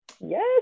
yes